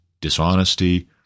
dishonesty